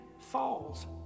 falls